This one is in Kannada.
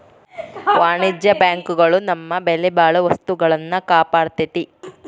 ವಾಣಿಜ್ಯ ಬ್ಯಾಂಕ್ ಗಳು ನಮ್ಮ ಬೆಲೆಬಾಳೊ ವಸ್ತುಗಳ್ನ ಕಾಪಾಡ್ತೆತಿ